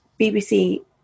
BBC